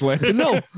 No